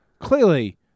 Clearly